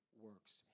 works